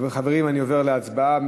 חברים, אני עובר להצבעה.